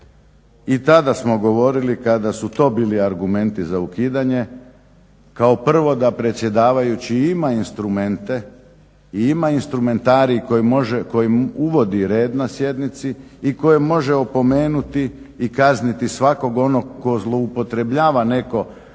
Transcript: I tada smo govorili kada su to bili argumenti za ukidanje kao prvo da predsjedavajući ima instrumente i ima instrumentarij koji uvodi red na sjednici i koji može opomenuti i kazniti svakog onog tko zloupotrebljava neko